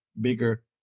bigger